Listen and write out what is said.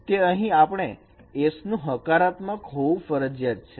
તો અહીં આપણે s નું હકારાત્મક હોવું ફરજિયાત છે